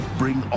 bring